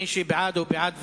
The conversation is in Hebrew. מי שבעד, הוא בעד ועדה.